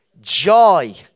joy